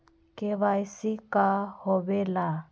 KYC का होवेला?